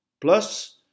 Plus